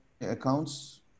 accounts